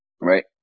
right